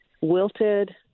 wilted